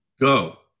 go